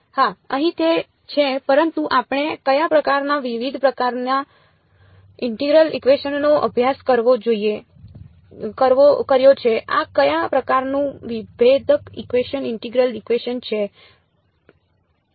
હા અહીં તે છે પરંતુ આપણે કયા પ્રકારના વિવિધ પ્રકારના ઇન્ટિગરલ ઇકવેશનનો અભ્યાસ કર્યો છે આ કયા પ્રકારનું વિભેદક ઇકવેશન ઇન્ટિગરલ ઇકવેશન છે